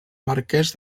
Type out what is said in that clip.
marquès